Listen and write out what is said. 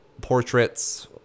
portraits